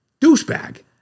Douchebag